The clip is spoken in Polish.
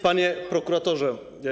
Panie Prokuratorze!